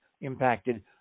impacted